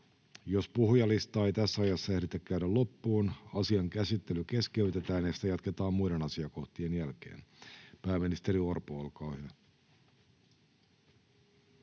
Jos puhujalistaa ei tässä ajassa ehditä käydä loppuun, asian käsittely keskeytetään ja sitä jatketaan muiden asiakohtien jälkeen. — Pääministeri Orpo, olkaa hyvä.